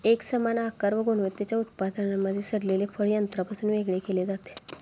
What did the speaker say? एकसमान आकार व गुणवत्तेच्या उत्पादनांमधील सडलेले फळ यंत्रापासून वेगळे केले जाते